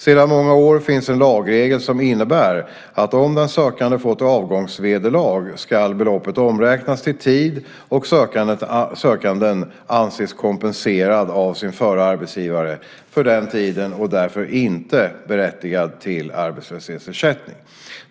Sedan många år finns en lagregel som innebär att om den sökande fått avgångsvederlag ska beloppet omräknas till tid och sökanden anses kompenserad av sin förre arbetsgivare för den tiden och därför inte berättigad till arbetslöshetsersättning.